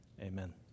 Amen